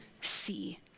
see